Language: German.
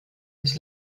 des